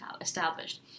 established